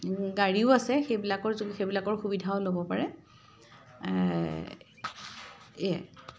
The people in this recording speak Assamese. গাড়ীও আছে সেইবিলাকৰ সেইবিলাকৰ সুবিধাও ল'ব পাৰে এইয়াই